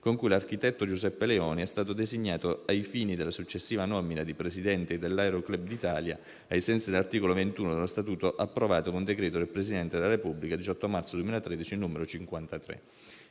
con cui l'architetto Giuseppe Leoni è stato designato ai fini della successiva nomina di presidente dell'Aero Club d'Italia, ai sensi dell'articolo 21 dello Statuto approvato con decreto del Presidente della Repubblica 18 marzo 2013, n. 53.